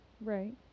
Right